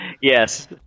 Yes